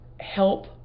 help